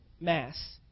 mass